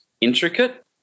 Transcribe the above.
intricate